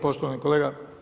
poštovani kolega.